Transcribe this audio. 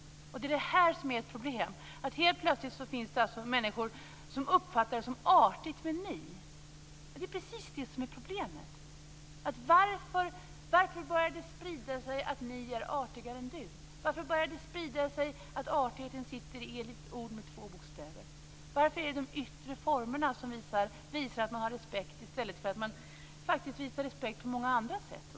Det är det som är ett problem. Helt plötsligt finns det människor som uppfattar det som artigt med ni. Det är precis det som är problemet. Varför börjar det sprida sig att ni är artigare än du? Varför börjar det sprida sig att artigheten sitter i ett litet ord med två bokstäver? Varför är det de yttre formerna som visar att man har respekt i stället för att man visar respekt på många andra sätt.